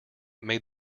made